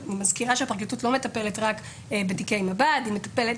אני מזכירה שהפרקליטות לא מטפלת רק בתיקי מב"ד; היא מטפלת